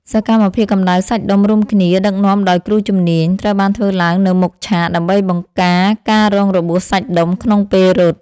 សកម្មភាពកម្ដៅសាច់ដុំរួមគ្នាដឹកនាំដោយគ្រូជំនាញ ត្រូវបានធ្វើឡើងនៅមុខឆាក ដើម្បីបង្ការការរងរបួសសាច់ដុំក្នុងពេលរត់។